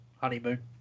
honeymoon